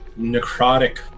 necrotic